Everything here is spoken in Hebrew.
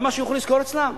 למה שילכו לשכור אצלם?